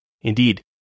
Indeed